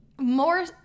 More